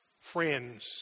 friends